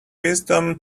wisdom